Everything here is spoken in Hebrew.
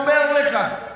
כמו מי אתה ממליץ לי להיות?